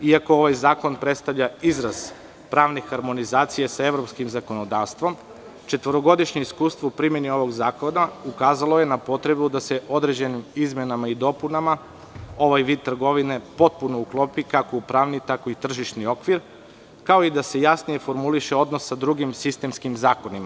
Iako ovaj zakon predstavlja izraz pravne harmonizacije sa evropskim zakonodavstvom, četvorogodišnje iskustvo u primeni ovog zakona ukazalo je na potrebu da se određenim izmenama i dopunama ovaj vid trgovine potpuno uklopi, kako u pravni, tako i tržišni okvir, kao i da se jasnije formuliše odnos sa drugim sistemskim zakonima.